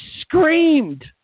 screamed